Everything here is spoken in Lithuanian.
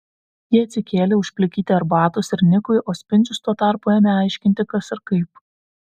ji atsikėlė užplikyti arbatos ir nikui o spindžius tuo tarpu ėmė aiškinti kas ir kaip